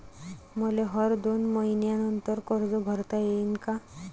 मले हर दोन मयीन्यानंतर कर्ज भरता येईन का?